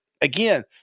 again